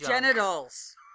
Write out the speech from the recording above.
Genitals